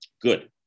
Good